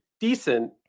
decent